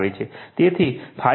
તેથી ∅ ખરેખર આ ખરેખર Fm છે